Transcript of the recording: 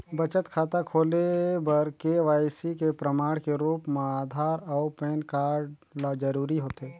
बचत खाता खोले बर के.वाइ.सी के प्रमाण के रूप म आधार अऊ पैन कार्ड ल जरूरी होथे